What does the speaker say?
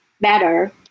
better